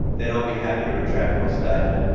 then i'd be happy to retract my statement,